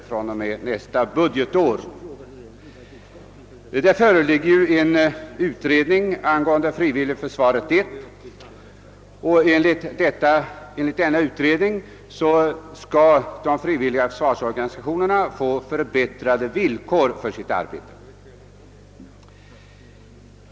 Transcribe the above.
1966 års värnpliktskommitté har avgivit ett delbetänkande, »Frivilligförsvaret 1». Enligt detta skall de frivilliga försvarsorganisationerna få förbättrade arbetsvillkor.